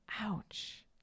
Ouch